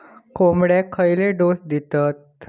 कोंबड्यांक खयले डोस दितत?